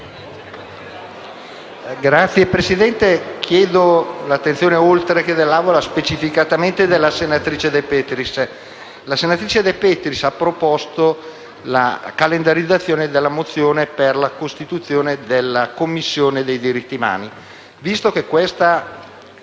Signor Presidente, chiedo l’attenzione, oltre che dell’Aula, specificatamente della senatrice De Petris. La senatrice De Petris ha proposto la calendarizzazione della mozione per la costituzione della Commissione dei diritti umani.